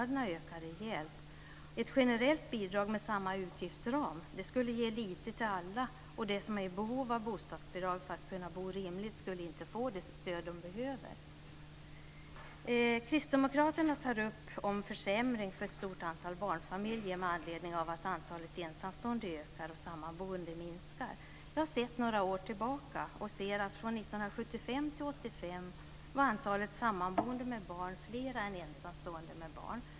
Ett generellt bidrag med samma utgiftsram skulle ge lite till alla, och de som är i behov av bostadsbidrag för att kunna bo rimligt skulle inte få det stöd som de behöver. Kristdemokraterna tar upp frågan om försämring för ett stort antal barnfamiljer med anledning av att antalet ensamstående ökar och sammanboende minskar. Jag har sett tillbaka några år och ser att från 1975 till 1985 var antalet sammanboende med barn större än antalet ensamstående med barn.